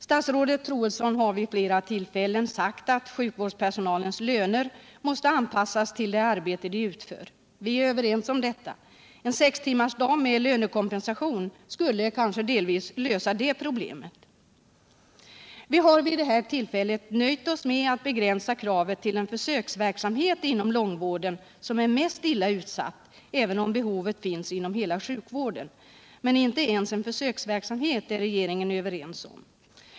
Statsrådet Troedsson har vid flera tillfällen sagt att sjukvårdspersonalens löner måste anpassas till det arbete den utför. Vi är överens om det. En sextimmarsdag med lönekompensation skulle kanske delvis lösa det problemet. Vi har vid detta tillfälle nöjt oss med att begränsa kravet till en försöksverksamhet inom långvården, som är mest illa utsatt, även om behovet finns inom hela sjukvården. Men inte ens en försöksverksamhet är regeringen överens om.